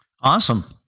Awesome